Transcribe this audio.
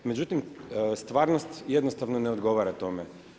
Međutim, stvarnost jednostavno ne odgovara tome.